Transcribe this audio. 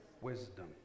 wisdom